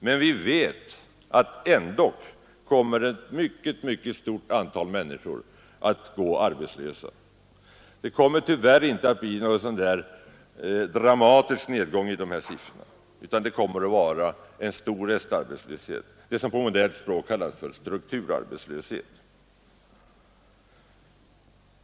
Men vi vet att ändock kommer ett mycket stort antal människor att gå arbetslösa. Det kommer tyvärr inte att bli någon dramatisk nedgång i dessa siffror, utan det kvarstår en stor restarbetslöshet, den som på modernt språk kallas strukturarbetslöshet.